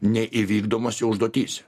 neįvykdomose užduotyse